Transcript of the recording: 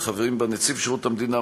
וחברים בה נציב שירות המדינה,